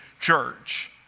church